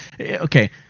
Okay